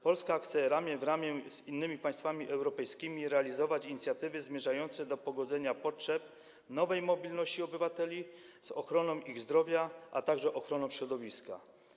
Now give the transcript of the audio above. Polska chce ramię w ramię z innymi państwami europejskimi realizować inicjatywy zmierzające do pogodzenia potrzeb nowej mobilności obywateli z ochroną ich zdrowia, a także ochroną środowiska.